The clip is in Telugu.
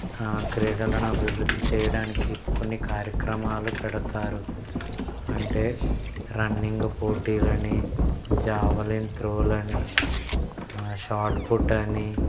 ఆ క్రీడలను అభివృద్ధి చేయడానికి కొన్ని కార్యక్రమాలు పెడతారు అంటే రన్నింగ్ పోటీలని జావలీన్ త్రోలని షాట్ పుట్ అని